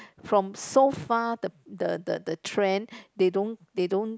from so far the the the the trend they don't they don't